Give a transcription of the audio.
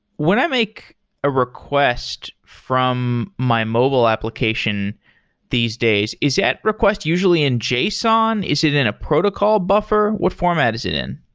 when i make a request from my mobile application these days, is that request usually in json? is it in a protocol buffer? what format is it in?